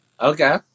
Okay